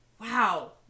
Wow